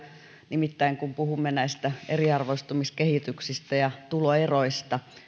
nimittäin kun puhumme näistä eriarvoistumiskehityksistä ja tuloeroista